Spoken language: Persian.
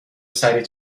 سریع